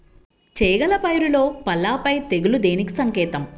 చేగల పైరులో పల్లాపై తెగులు దేనికి సంకేతం?